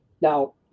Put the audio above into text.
now